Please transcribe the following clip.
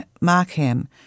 Markham